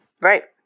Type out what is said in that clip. Right